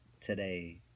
today